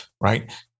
right